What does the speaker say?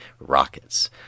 rockets